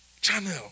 Channel